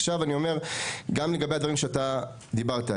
עכשיו אני אומר גם לגבי הדברים שאתה דיברת עליהם.